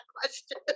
question